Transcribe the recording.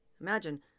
Imagine